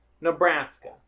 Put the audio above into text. Nebraska